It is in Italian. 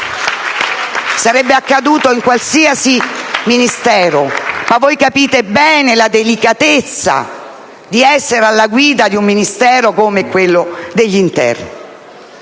Sarebbe accaduto in qualsiasi Ministero, ma voi capite bene la delicatezza di essere alla guida di un Dicastero come quello dell'interno.